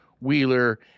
Wheeler